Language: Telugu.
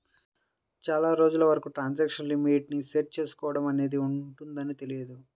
చాలా రోజుల వరకు ఇలా ట్రాన్సాక్షన్ లిమిట్ ని సెట్ చేసుకోడం అనేది ఉంటదని తెలియదు